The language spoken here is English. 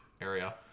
area